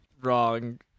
wrong